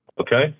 okay